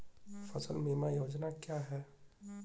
फसल बीमा योजना क्या है?